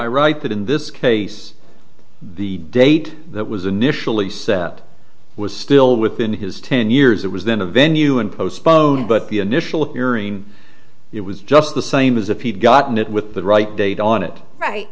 i write that in this case the date that was initially set was still within his ten years it was then a venue and postponed but the initial appearing it was just the same as if he'd gotten it with the right date on it right